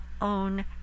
own